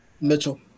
Mitchell